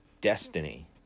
destiny